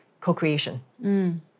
co-creation